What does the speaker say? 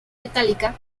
metallica